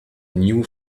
new